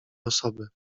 osoby